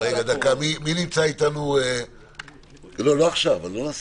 מי נמצא איתנו מהמל"ל?